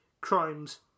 crimes